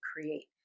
create